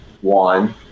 One